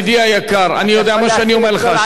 זה עמותות מזון, זה עמותות מזון, 3 מיליארד שקל.